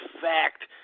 fact